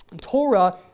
Torah